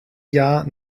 jahr